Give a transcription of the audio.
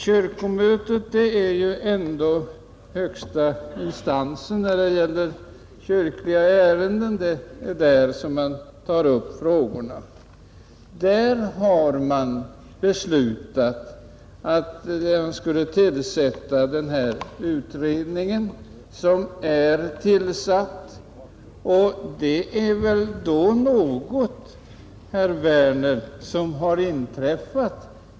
Kyrkomötet, som är högsta instans i kyrkliga angelägenheter, har fattat beslut om denna utredning som nu har tillsatts och som skall se över hela fältet.